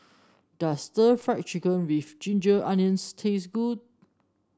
does stir Fry Chicken with Ginger Onions taste good